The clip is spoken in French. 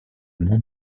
monde